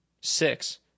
six